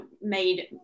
made